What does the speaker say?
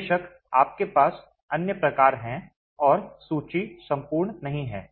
बेशक आपके पास अन्य प्रकार हैं और सूची संपूर्ण नहीं है